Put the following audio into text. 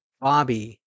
Bobby